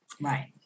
Right